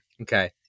Okay